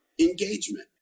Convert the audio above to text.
engagement